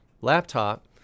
laptop